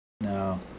No